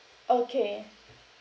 okay